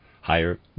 Higher